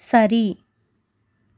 சரி